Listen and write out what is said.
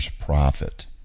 profit